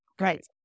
right